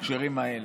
בהקשרים האלה.